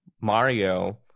Mario